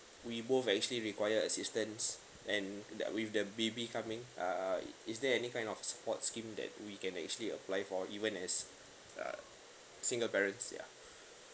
we both are actually required assistance and the with the baby coming uh is there any kind of supports scheme that we can actually apply for even as uh single parents ya